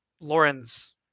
Lauren's